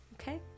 Okay